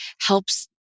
helps